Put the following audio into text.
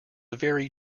very